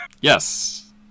Yes